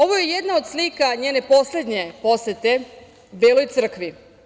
Ovo je jedna od slika njene poslednje posete Beloj Crkvi.